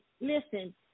listen